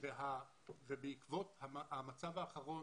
בעקבות המצב האחרון